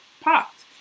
popped